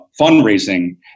fundraising